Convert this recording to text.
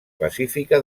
pacífica